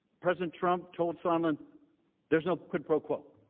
president trump told sondland there is no quid pro quo.